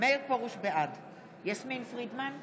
בעד יסמין פרידמן,